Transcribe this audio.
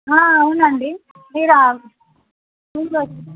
అవునండి మీరా స్కూళ్లో